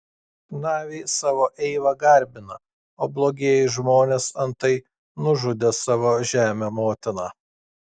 naviai savo eivą garbina o blogieji žmonės antai nužudė savo žemę motiną